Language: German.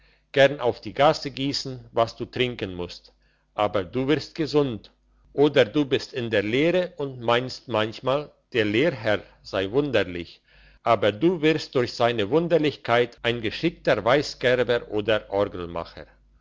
gern auf die gasse giessen was du trinken musst aber du wirst gesund oder du bist in der lehre und meinst manchmal der lehrherr sei wunderlich aber du wirst durch seine wunderlichkeit ein geschickter weissgerber oder